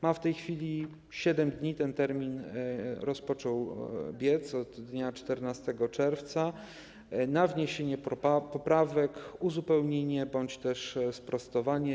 Ma w tej chwili 7 dni - ten termin zaczął biec od dnia 14 czerwca - na wniesienie poprawek, uzupełnienie bądź też sprostowanie.